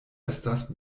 estas